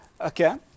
okay